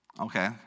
okay